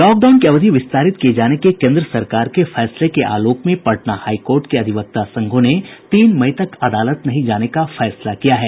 lockdown की अवधि विस्तारित किये जाने के केन्द्र सरकार के फैसले के आलोक में पटना हाई कोर्ट के अधिवक्ता संघों ने तीन मई तक अदालत नहीं जाने का फैसला किया है